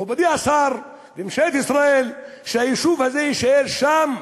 מכובדי השר, ממשלת ישראל, שהיישוב הזה יישאר שם.